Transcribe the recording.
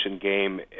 game